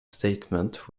statement